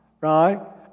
right